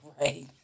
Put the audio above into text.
Right